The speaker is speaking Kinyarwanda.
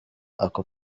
ako